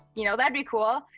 you know, that'd be cool.